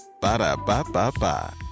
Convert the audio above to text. Ba-da-ba-ba-ba